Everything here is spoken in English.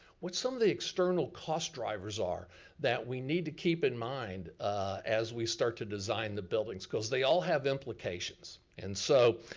what some of the external cost drivers are that we need to keep in mind as we start to design the buildings, cause they all have implications. and so,